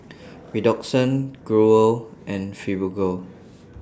Redoxon Growell and Fibogel